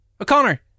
O'Connor